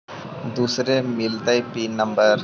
दुसरे मिलतै pin number?